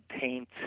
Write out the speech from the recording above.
paint